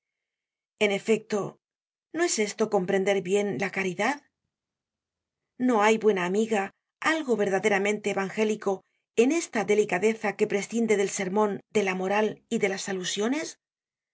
en efecto no es esto comprender bien la cari dad no hay buena amiga algo verdaderamente evangélico en esta delicadeza que prescinde del sermon de la moral y de las alusiones